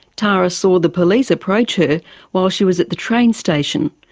tara saw the police approach her while she was at the train station.